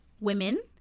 women